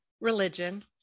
Religion